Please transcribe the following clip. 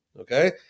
Okay